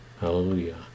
Hallelujah